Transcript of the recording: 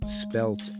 spelt